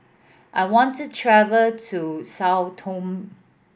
I want to travel to Sao Tome